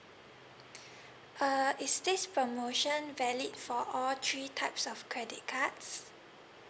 uh is this promotion valid for all three types of credit cards